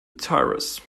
tyres